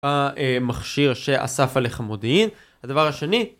המכשיר שאסף עליך מודיעין. הדבר השני